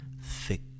thick